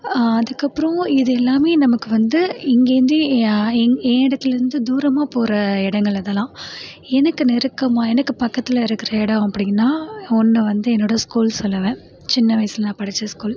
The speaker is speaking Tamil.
அதுக்கப்றம் இது எல்லாமே நமக்கு வந்து இங்கேருந்து யா இங் என் இடத்துலிருந்து தூரமாக போகிற இடங்கள் அதெல்லாம் எனக்கு நெருக்கமாக எனக்கு பக்கத்தில் இருக்கிற இடம் அப்படினா ஒன்று வந்து என்னோடய ஸ்கூல் சொல்லுவேன் சின்ன வயசுல நான் படித்த ஸ்கூல்